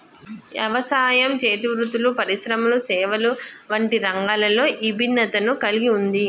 యవసాయం, చేతి వృత్తులు పరిశ్రమలు సేవలు వంటి రంగాలలో ఇభిన్నతను కల్గి ఉంది